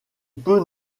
peut